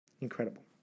Incredible